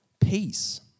Peace